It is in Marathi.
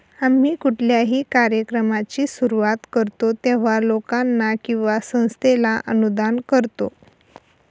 आम्ही कुठल्याही कार्यक्रमाची सुरुवात करतो तेव्हा, लोकांना किंवा संस्थेला अनुदान करतो